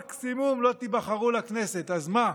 מקסימום לא תיבחרו לכנסת, אז מה?